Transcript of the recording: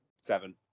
seven